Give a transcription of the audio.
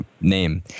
name